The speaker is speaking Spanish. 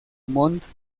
mont